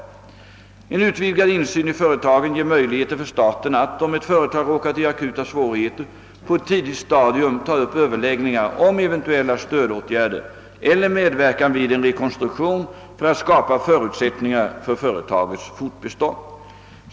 En utvidgad insyn i företagen ger möjligheter för staten att, om ett företag råkat i akuta svårigheter, på ett tidigt stadium ta upp överläggningar om eventuella stödåtgärder eller medverkan vid en rekonstruktion för att skapa förutsättningar för företagets fortbestånd.